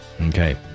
okay